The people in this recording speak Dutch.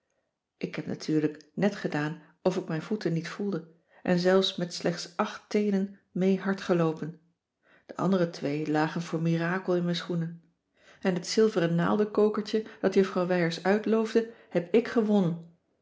ik heb natuurlijk net gedaan of ik mijn voeten niet voelde en zelfs met slechts acht teenen mee hardgeloopen de andere twee lagen voor mirakel in mijn schoenen en het zilveren naaldenkokertje dat juffrouw wijers uitloofde heb ik gewonnen